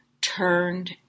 turned